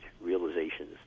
realizations